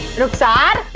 ruksaar,